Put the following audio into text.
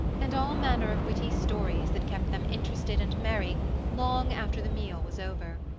and all manner of witty stories that kept them interested and merry long after the meal was over.